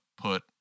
put